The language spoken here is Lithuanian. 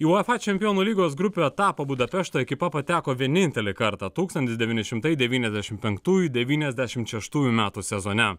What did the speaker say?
į uefa čempionų lygos grupių etapą budapešto ekipa pateko vienintelį kartą tūkstantis devyni šimtai devyniasdešim penktųjų devyniasdešimt šeštųjų metų sezone